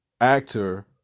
actor